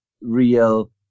real